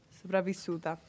sopravvissuta